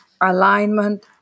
alignment